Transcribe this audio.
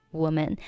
woman